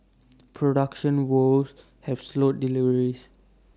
production woes have slowed deliveries